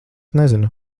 nezinu